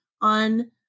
on